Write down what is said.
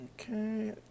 Okay